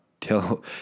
Tell